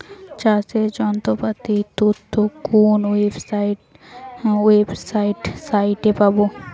চাষের যন্ত্রপাতির তথ্য কোন ওয়েবসাইট সাইটে পাব?